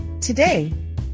Today